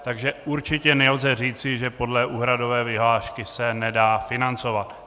Takže určitě nelze říci, že podle úhradové vyhlášky se nedá financovat.